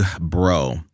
Bro